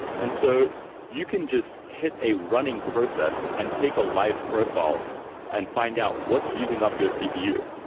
and so you can just hit a running process and take a live profile and find out what's using up your cpu.